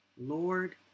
Lord